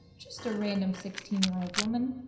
just a random sixteen year old woman